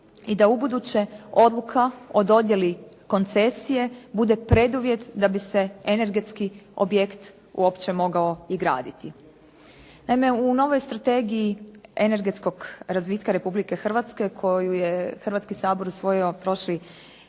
i da u buduće odluka o dodjeli koncesije bude preduvjet da bi se energetski objekt uopće mogao i graditi. Naime, u novoj Strategiji energetskog razvitka Republike Hrvatske koju je Hrvatski sabor usvojio prošli